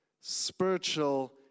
Spiritual